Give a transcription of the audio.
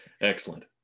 Excellent